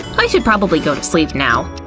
i should probably go to sleep now.